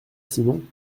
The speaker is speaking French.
simon